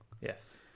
Yes